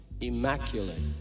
immaculate